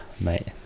mate